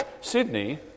Sydney